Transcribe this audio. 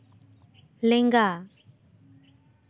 ᱞᱮᱝᱜᱟ